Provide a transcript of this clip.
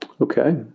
okay